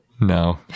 No